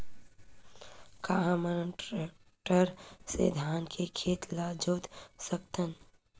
का हमन टेक्टर से धान के खेत ल जोत सकथन?